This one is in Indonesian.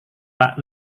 pak